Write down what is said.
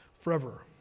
forever